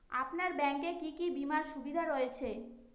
আপনার ব্যাংকে কি কি বিমার সুবিধা রয়েছে?